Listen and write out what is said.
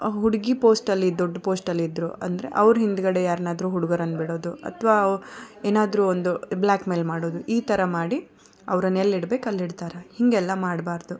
ಹುಡುಗಿ ಪೋಸ್ಟ್ ಅಲ್ಲಿ ದೊಡ್ಡ ಪೋಸ್ಟ್ ಅಲ್ಲಿ ಇದ್ದರು ಅಂದರೆ ಅವ್ರ ಹಿಂದುಗಡೆ ಯಾರನ್ನಾದ್ರೂ ಹುಡುಗ್ರನ್ನ ಬಿಡೋದು ಅಥ್ವಾ ಏನಾದರೂ ಒಂದು ಬ್ಲ್ಯಾಕ್ ಮೇಲ್ ಮಾಡೋದು ಈ ಥರ ಮಾಡಿ ಅವರನ್ನ ಎಲ್ಲ ಇಡ್ಬೇಕು ಅಲ್ಲಿ ಇಡ್ತಾರೆ ಹೀಗೆಲ್ಲ ಮಾಡಬಾರ್ದು